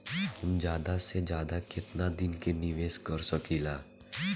हम ज्यदा से ज्यदा केतना दिन के निवेश कर सकिला?